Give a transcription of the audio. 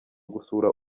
gusura